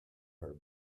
her